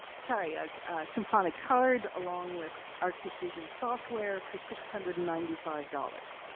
sorry a symphonic card along with artic vision software for six hundred and ninety five dollars.